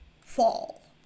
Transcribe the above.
fall